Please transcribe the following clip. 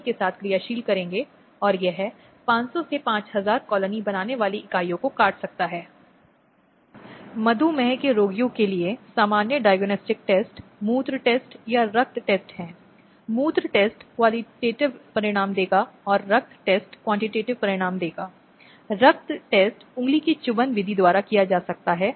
वे संपत्ति से बेहतर कुछ नहीं थे जो पुरुषों के स्वामित्व में थे और यह महत्वपूर्ण था कि अन्य पुरुषों को उस आदमी की संपत्ति के साथ हस्तक्षेप करने से रोक दिया जाए